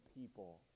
people